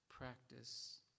Practice